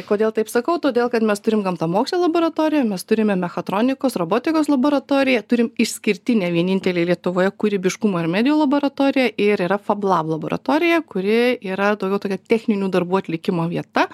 kodėl taip sakau todėl kad mes turim gamtamokslio laboratoriją mes turime mechatronikos robotikos laboratoriją turim išskirtinę vienintelę lietuvoje kūrybiškumo ir medijų laboratoriją ir yra fablab laboratorija kuri yra daugiau tokia techninių darbų atlikimo vieta